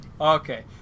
Okay